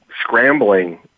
scrambling